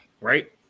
right